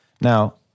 Now